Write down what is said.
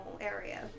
area